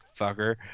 Fucker